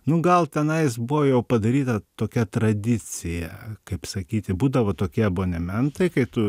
nu gal tenais buvo jau padaryta tokia tradicija kaip sakyti būdavo tokie abonementai kai tu